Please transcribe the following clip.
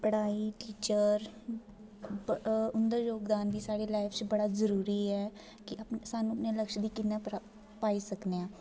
पढ़ाई टीचर उं'दा जोगदान बी साढ़ी लाइफ च बड़ा जरूरी ऐ कि अपनी सानूं लक्ष्य गी कि'न्ना पाई सकने आं